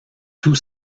tout